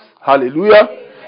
Hallelujah